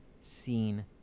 seen